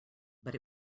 but